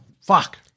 Fuck